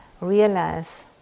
realize